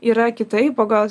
yra kitaip o gal